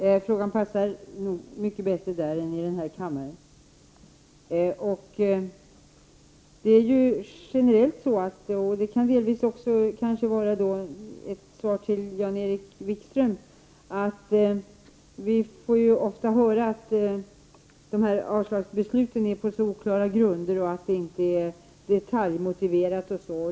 Denna fråga passar nog mycket bättre där än här i kammaren. Vi får ofta höra att dessa avslagsbeslut sker på så oklara grunder och att besluten inte är motiverade i detalj osv.